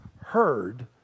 heard